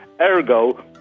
ergo